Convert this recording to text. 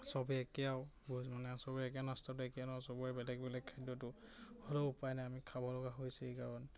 চবেই একেয়াও চবৰে বেলেগ বেলেগ খাদ্যটো হ'লেও উপায় নাই আমি খাব লগা হৈছেই কাৰণ